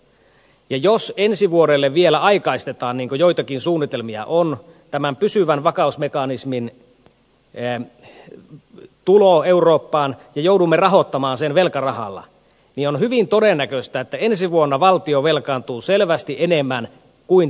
ja jos ensi vuodelle vielä aikaistetaan niin kuin joitakin suunnitelmia on tämän pysyvän vakausmekanismin tulo eurooppaan ja joudumme rahoittamaan sen velkarahalla niin on hyvin todennäköistä että ensi vuonna valtio velkaantuu selvästi enemmän kuin tänä vuonna